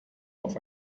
auf